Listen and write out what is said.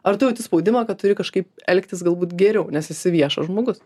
ar tu jauti spaudimą kad turi kažkaip elgtis galbūt geriau nes esi viešas žmogus